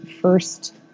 first